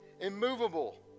immovable